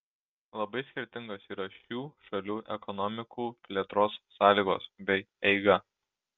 labai skirtingos yra šių šalių ekonomikų plėtros sąlygos bei eiga